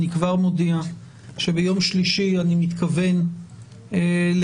אני כבר מודיע שביום שלישי אני מתכוון לקיים